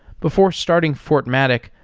before starting fortmatic,